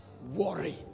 Worry